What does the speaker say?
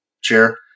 chair